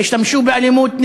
השתמשו באלימות.